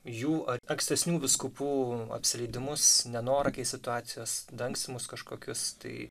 jų ar ankstesnių vyskupų apsileidimus nenorą kai situacijos dangstymus kažkokius tai